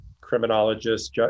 criminologists